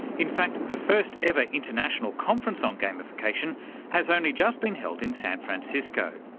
in fact the first-ever international conference on gamification has only just been held in san francisco.